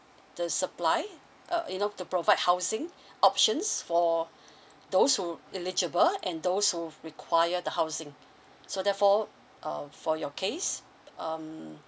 the supply uh you know to provide housing options for those who eligible and those who require the housing so therefore uh for your case um